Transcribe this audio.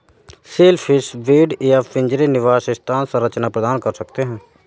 shellfish bed या पिंजरे निवास स्थान संरचना प्रदान कर सकते हैं